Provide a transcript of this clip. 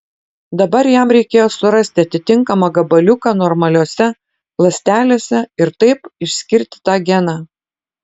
dabar jam reikėjo surasti atitinkamą gabaliuką normaliose ląstelėse ir taip išskirti tą geną